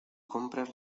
compras